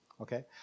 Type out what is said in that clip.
Okay